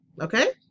Okay